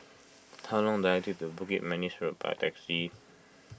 how long does it take to get to Bukit Manis Road by taxi